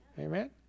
Amen